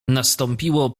nastąpiło